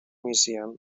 museum